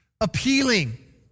appealing